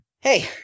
Hey